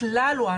הכלל הוא,